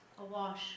awash